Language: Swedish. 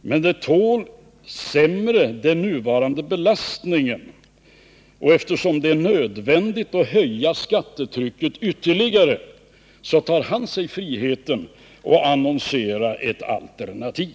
men att det sämre tål den nuvarande belastningen, och eftersom det är nödvändigt att höja skattetrycket ytterligare, tar han sig friheten att annonsera ett alternativ.